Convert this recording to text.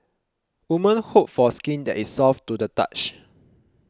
women hope for skin that is soft to the touch